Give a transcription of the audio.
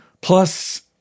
Plus